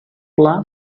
pla